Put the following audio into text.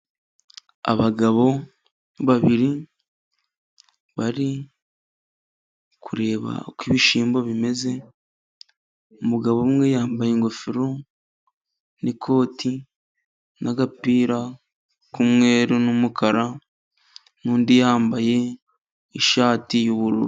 Abagabo babiri bari kureba uko ibishimbo bimeze; umugabo umwe yambaye ingofero n'ikoti n'agapira k'umweru n'umukara, n'undi yambaye ishati y'ubururu.